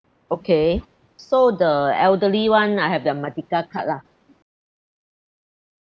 okay so the elderly one I have the merdeka card lah